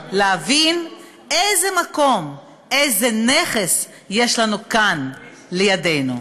כדי להבין איזה מקום, איזה נכס יש לנו כאן לידנו.